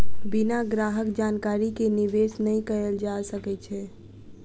बिना ग्राहक जानकारी के निवेश नै कयल जा सकै छै